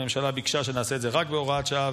הממשלה ביקשה שנעשה את זה רק בהוראת שעה,